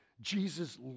jesus